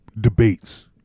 debates